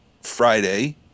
friday